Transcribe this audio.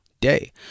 day